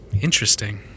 Interesting